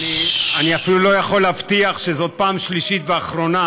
אני אפילו לא יכול להבטיח שזו פעם שלישית ואחרונה,